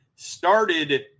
started